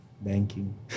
Banking